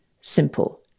simple